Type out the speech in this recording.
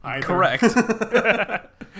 Correct